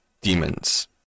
Demons